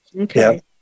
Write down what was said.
Okay